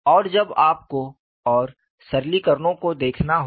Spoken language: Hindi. और अब आपको और सरलीकरणों को देखना होगा